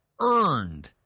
earned